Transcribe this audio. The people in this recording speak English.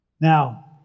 Now